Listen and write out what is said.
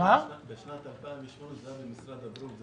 בשנת 2008, זה היה במשרד הבריאות.